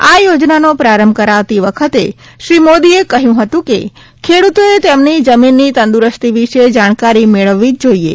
આ યોજનાનો પ્રારંભ કરાવતી વખતે શ્રી મોદીએ કહ્યું હતું કે ખેડ઼તોએ તેમની જમીનની તંદુરસ્તી વિશે જાણકારી મેળવવી જ જોઇએ